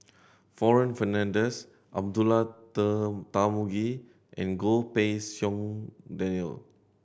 Warren Fernandez Abdullah Tarmugi and Goh Pei Siong Daniel